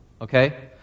Okay